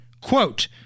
quote